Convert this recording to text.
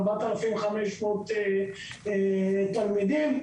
4,500 תלמידים,